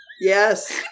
Yes